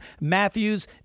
Matthews